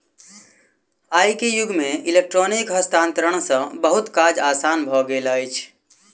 आई के युग में इलेक्ट्रॉनिक हस्तांतरण सॅ बहुत काज आसान भ गेल अछि